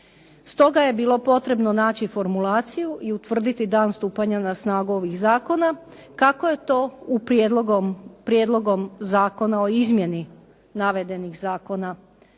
Stoga je bilo potrebno naći formulaciju i utvrditi dan stupanja na snagu ovih zakona kako je to prijedlogom zakona o izmjeni navedenih zakona